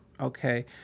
okay